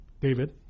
David